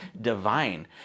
divine